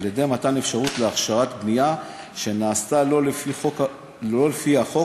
במתן אפשרות להכשיר בנייה שנעשתה שלא לפי החוק